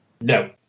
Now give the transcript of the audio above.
no